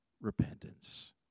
repentance